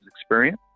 experience